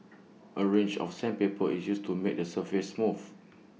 A range of sandpaper is used to make the surface smooth